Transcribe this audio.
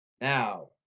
Now